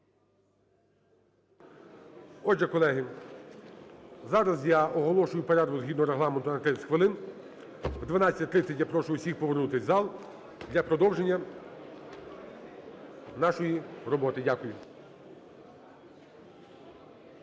Отже, колеги, зараз я оголошую перерву згідно Регламенту на 30 хвилин. О 12:30 я прошу всіх повернутись в зал для продовження нашої роботи. Дякую.